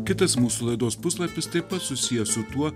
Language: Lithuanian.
kitas mūsų laidos puslapis taip pat susijęs su tuo